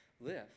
live